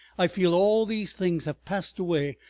i feel all these things have passed away,